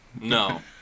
no